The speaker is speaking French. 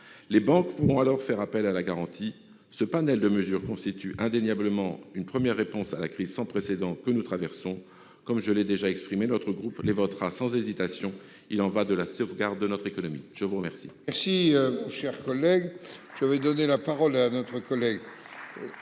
Les banques pourront alors en effet y faire appel. Ce panel de mesures constitue indéniablement une première réponse à la crise sans précédent que nous traversons. Comme je l'ai déjà exprimé, mon groupe les votera sans hésitation. Il y va de la sauvegarde de notre économie. La parole